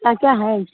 ताजा है